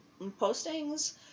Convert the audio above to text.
postings